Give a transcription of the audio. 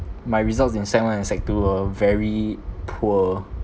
my results in sec one and sec two were very poor